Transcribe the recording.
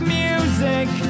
music